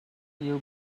you